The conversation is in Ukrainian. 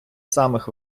самих